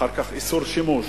ואחר כך איסור שימוש,